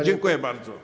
Dziękuję bardzo.